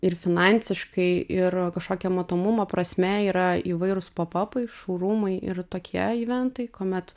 ir finansiškai ir kažkokia matomumo prasme yra įvairūs popapai šou rūmai ir tokie iventai kuomet